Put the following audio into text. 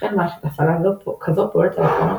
ולכן מערכת הפעלה כזו פועלת על עקרונות